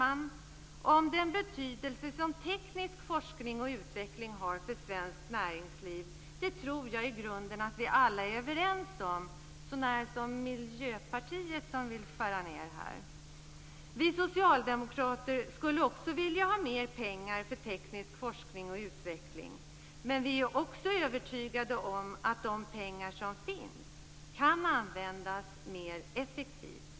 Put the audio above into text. Jag tror att vi alla i grunden är överens om den betydelse som teknisk forskning och utveckling har för svenskt näringsliv - så när som på Miljöpartiet, som vill skära ned här. Vi socialdemokrater skulle också vilja ha mer pengar för teknisk forskning och utveckling. Men vi är också övertygade om att de pengar som finns kan användas mer effektivt.